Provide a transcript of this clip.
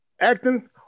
Acting